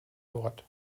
wort